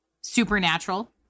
supernatural